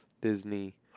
Disney